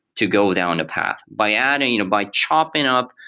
to go down a path. by adding, you know by chopping up,